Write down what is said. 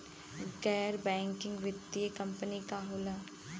गैर बैकिंग वित्तीय कंपनी का होला?